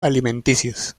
alimenticios